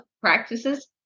practices